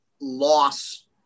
loss